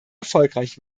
erfolgreich